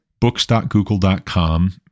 books.google.com